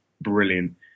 brilliant